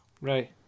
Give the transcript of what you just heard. right